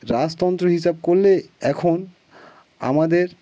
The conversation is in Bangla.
রাজতন্ত্র হিসাব করলে এখন আমাদের